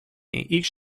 each